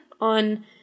on